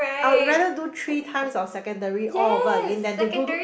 I would rather three times of secondary all over again then to do